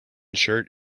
shirt